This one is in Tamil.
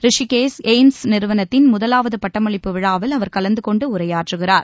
ரிஷிகேஷ் எய்ம்ஸ் நிறுவளத்தின் முதலாவது பட்டமளிப்பு விழாவில் அவர் கலந்து கொண்டு உரையாற்றுகிறார்